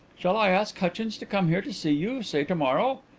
shall i ask hutchins to come here to see you say to-morrow?